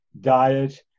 diet